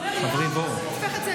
חברים, האמינו לי,